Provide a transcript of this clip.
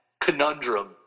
conundrum